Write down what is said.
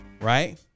right